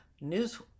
news